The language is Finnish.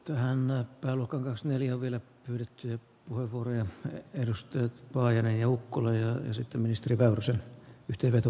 tänään näyttää lukon neliovinen ryhtyy valvojia edusti laajenee ukkola esitti ministeri globaaliin sopimukseen